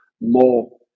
more